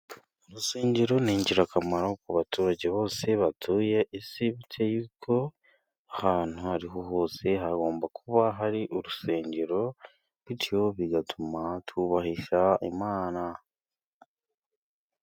Urusengero ni ingirakamaro ku baturage bose batuye isi, ahantu hose hagomba kuba hari urusengero bityo bigatuma twubahisha Imana.